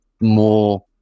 more